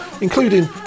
including